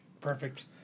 Perfect